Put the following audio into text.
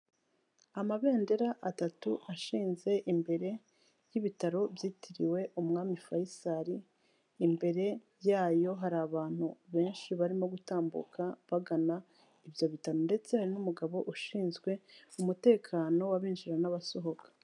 Amabendera atatu ashinze imbere y'ibitaro byitiriwe umwami Fayisari, imbere yayo hari abantu benshi barimo gutambuka bagana ibyo bitaro ndetse hari n'umugabo ushinzwe umutekano w'abinjira n'abasohoka.